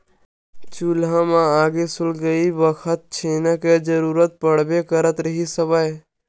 चूल्हा म आगी के सुलगई बखत छेना के जरुरत पड़बे करत रिहिस हवय